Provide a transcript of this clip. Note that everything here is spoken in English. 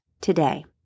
today